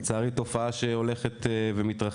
לצערי זו תופעה שהולכת ומתרחבת.